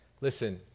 listen